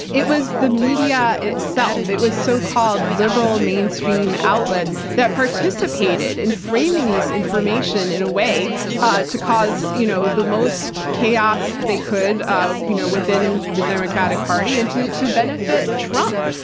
it was the media itself. it was so-called liberal mainstream outlets that participated in framing this information in a way to cause you know the most chaos they could ah you know within the democratic party, and to to benefit trump.